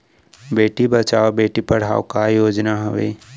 बेटी बचाओ बेटी पढ़ाओ का योजना हवे?